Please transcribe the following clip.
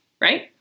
right